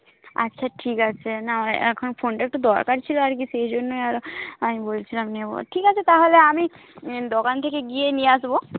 আচ্ছা ঠিক আছে না এখন ফোনটা একটু দরকার ছিল আর কি সেই জন্যই আরও আমি বলছিলাম নেব ঠিক আছে তাহলে আমি দোকান থেকে গিয়েই নিয়ে আসব